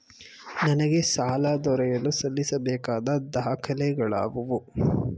ನನಗೆ ಸಾಲ ದೊರೆಯಲು ಸಲ್ಲಿಸಬೇಕಾದ ದಾಖಲೆಗಳಾವವು?